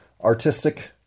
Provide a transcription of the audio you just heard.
artistic